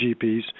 GPs